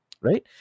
Right